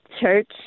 church